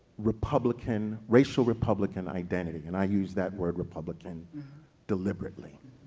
republican, racial republican identity, and i use that word republican deliberately.